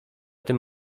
tym